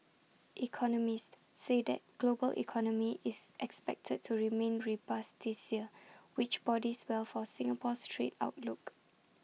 economists say that global economy is expected to remain rebus this year which bodies well for Singapore's trade outlook